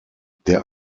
der